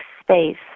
space